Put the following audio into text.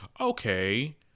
Okay